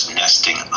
nesting